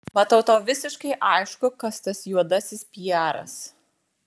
matau tau visiškai aišku kas tas juodasis piaras